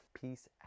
Peace